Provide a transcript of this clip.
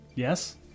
Yes